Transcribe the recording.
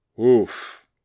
oof